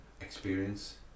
experience